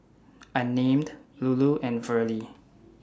Unnamed Lulu and Verlie